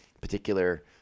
particular